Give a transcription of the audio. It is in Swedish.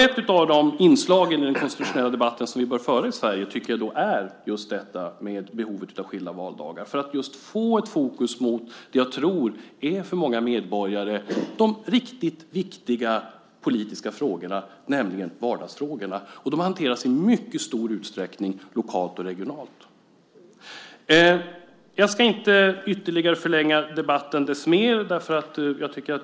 Ett av inslagen i den konstitutionella debatt vi bör föra i Sverige är behovet av skilda valdagar, för att få fokus på det jag tror för många medborgare är de riktigt viktiga politiska frågorna, nämligen vardagsfrågorna. De hanteras i mycket stor utsträckning lokalt och regionalt. Jag ska inte förlänga debatten ytterligare.